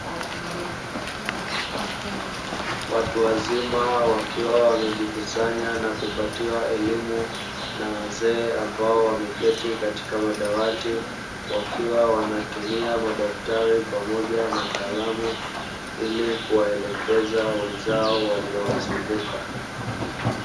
Watu wazima wakioa wamejikusanya na kupatiwa elimu na wazee ambao wameketi katika madawati, wakiwa wanatumia madaftari pamoja na kalamu, ili kuwaelekeza wenzao waliowazunguka.